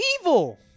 evil